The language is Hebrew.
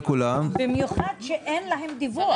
במיוחד כשאין להם דיווח.